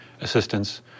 assistance